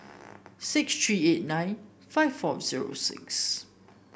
six three eight nine five four zero six